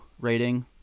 rating